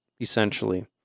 essentially